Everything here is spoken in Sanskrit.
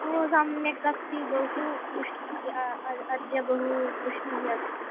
ओ सम्यक् अस्ति बहु वृष्टिः अ अद्य बहु वृष्टिः अस्ति